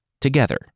together